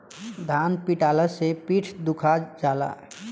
धान पिटाला से पीठ दुखा जाला